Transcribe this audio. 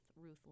Ruth